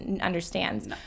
understands